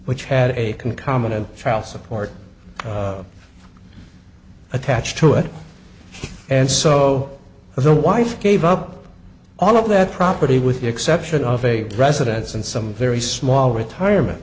which had a can common and child support attached to it and so the wife gave up all of that property with the exception of a residence and some very small retirement